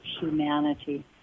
humanity